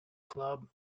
club